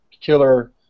killer